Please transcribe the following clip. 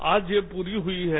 आज यह पूरी हुई हैं